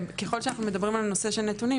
ככול שאנחנו מדברים על נושא של נתונים,